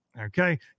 Okay